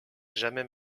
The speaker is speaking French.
jamais